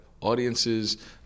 audiences